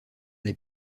les